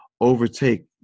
overtake